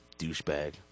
douchebag